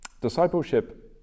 Discipleship